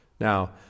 Now